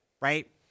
right